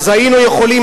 אז היינו יכולים,